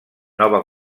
nova